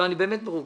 אני באמת מרוגז.